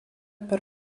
per